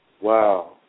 Wow